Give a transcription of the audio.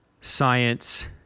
science